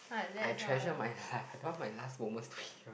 I treasure my time I don't want my last moments to be here